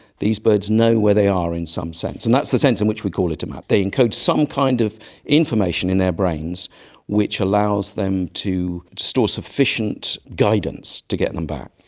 these birds know where they are in some sense, and that's the sense in which we call it a map. they encode some kind of information in their brains which allows them to store sufficient guidance to get them back.